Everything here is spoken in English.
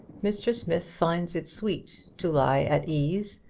mr. smith finds it sweet to lie at ease,